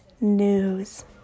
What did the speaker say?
news